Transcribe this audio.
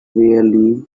really